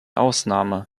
ausnahme